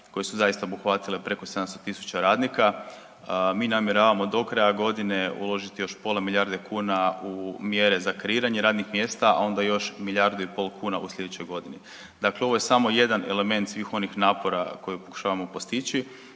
koje su zaista obuhvatile preko 700 tisuća radnika, mi namjeravamo do kraja godine uložiti još pola milijarde kuna u mjere za kreiranje radnih mjesta, a onda još milijardu i pol kuna u sljedećoj godini. Dakle, ovo je samo jedan element svih onih napora koji pokušavao postići